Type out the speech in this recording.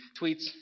Tweets